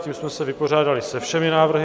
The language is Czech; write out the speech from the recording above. Tím jsme se vypořádali se všemi návrhy.